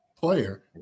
player